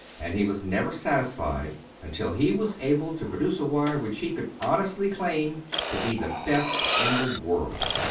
and he was never satisfied until he was able to produce a wire which he could honestly claim to be the best in the world.